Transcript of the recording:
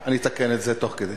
אני אתקן את זה תוך כדי.